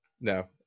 No